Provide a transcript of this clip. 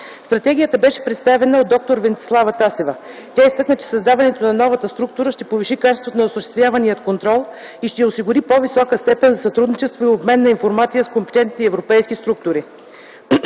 Стратегията беше представена от д-р Венцислава Тасева. Тя изтъкна, че създаването на новата структура ще повиши качеството на осъществявания контрол и ще осигури по-висока степен на сътрудничество и обмен на информация с компетентните европейски структури.